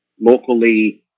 locally